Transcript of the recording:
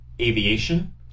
aviation